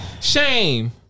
Shame